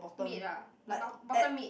mid ah bottom mid